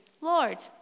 Lord